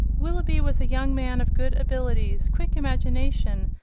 willoughby was a young man of good abilities, quick imagination,